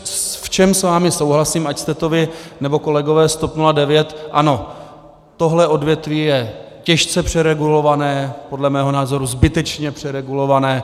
V čem s vámi souhlasím, ať jste to vy, nebo kolegové z TOP 09, ano, tohle odvětví je těžce přeregulované, podle mého názoru zbytečně přeregulované.